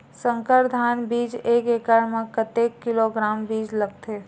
संकर धान बीज एक एकड़ म कतेक किलोग्राम बीज लगथे?